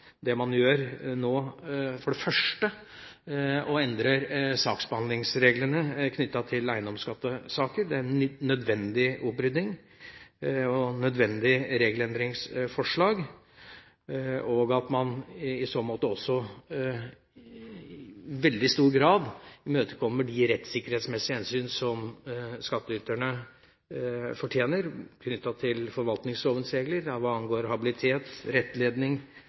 det man gjør nå, for det første å endre saksbehandlingsreglene knyttet til eiendomsskattesaker. Det er en nødvendig opprydding og et nødvendig regelendringsforslag, og i så måte imøtekommer man også i veldig stor grad de rettssikkerhetsmessige hensyn som skattyterne fortjener knyttet til forvaltningslovens regler hva angår habilitet, rettledning,